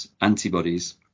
antibodies